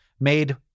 made